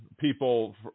people